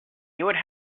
would